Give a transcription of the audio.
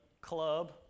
club